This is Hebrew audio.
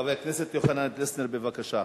חבר הכנסת יוחנן פלסנר, בבקשה.